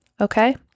Okay